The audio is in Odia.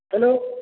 ହାଲୋ